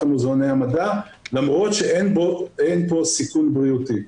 מוזיאוני המדע למרות שאין פה סיכון בריאותי.